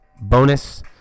bonus